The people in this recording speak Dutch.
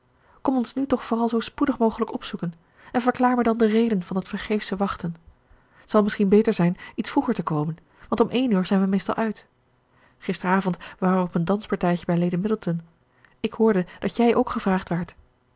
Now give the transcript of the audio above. kom ons nu toch vooral zoo spoedig mogelijk opzoeken en verklaar mij dan de reden van dat vergeefsche wachten t zal misschien beter zijn iets vroeger te komen want om één uur zijn we meestal uit gisteravond waren we op een danspartijtje bij lady middleton ik hoorde dat jij ook gevraagd waart